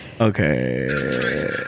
Okay